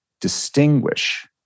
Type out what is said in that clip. distinguish